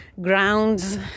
grounds